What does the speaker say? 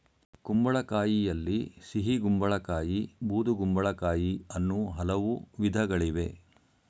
ಕುಂಬಳಕಾಯಿಯಲ್ಲಿ ಸಿಹಿಗುಂಬಳ ಕಾಯಿ ಬೂದುಗುಂಬಳಕಾಯಿ ಅನ್ನೂ ಹಲವು ವಿಧಗಳಿವೆ